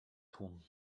tłum